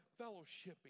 fellowshipping